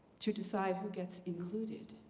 to decide who gets included,